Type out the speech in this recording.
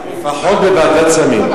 לפחות בוועדת סמים.